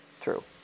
True